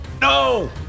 no